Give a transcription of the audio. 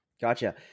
Gotcha